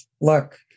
look